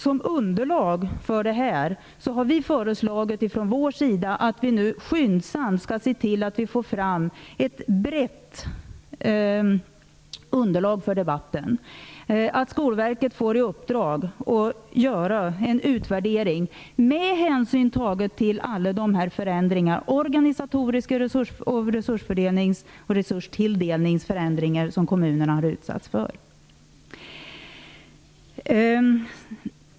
Som underlag för detta har vi socialdemokrater föreslagit att man skyndsamt skall ta fram ett brett underlag för debatten, att Skolverket får i uppdrag att göra en utvärdering med hänsyn tagen till alla de organisatoriska förändringar samt resursfördelnings och resurstilldelningsförändringar som kommunerna har utsatts för.